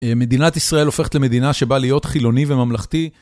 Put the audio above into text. מדינת ישראל הופכת למדינה שבאה להיות חילוני וממלכתי.